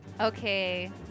Okay